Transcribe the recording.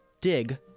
dig